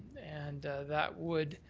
and that would